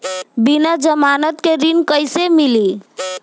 बिना जमानत के ऋण कैसे मिली?